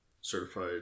certified